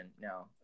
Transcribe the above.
now